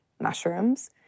mushrooms